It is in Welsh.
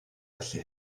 felly